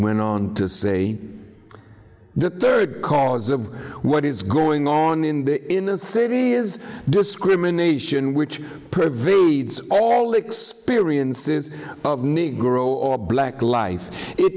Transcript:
went on to say the third cause of what is going on in the in the city is discrimination which pervades all experiences of negro or black life it